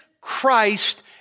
Christ